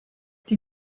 die